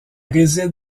réside